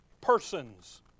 persons